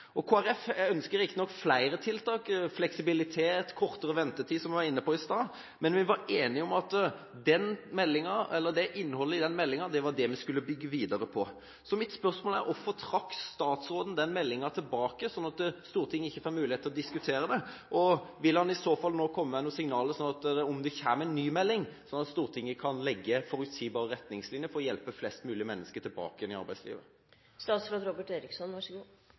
ønsker riktignok flere tiltak – som fleksibilitet og kortere ventetid, som vi var inne på i stad – men vi var enige om at innholdet i denne meldinga var det vi skulle bygge videre på. Mitt spørsmål er: Hvorfor har statsråden trukket denne meldinga tilbake, slik at Stortinget ikke får mulighet til å diskutere den? Vil han i så fall komme med noen signaler om at det kommer en ny melding, slik at Stortinget kan gi forutsigbare retningslinjer for å få hjulpet flest mulig mennesker tilbake